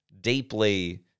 deeply